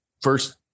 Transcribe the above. first